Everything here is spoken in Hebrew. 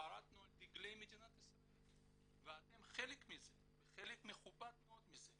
שחרתנו על דגל מדינת ישראל ואתם חלק מכובד מאוד מזה,